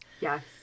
Yes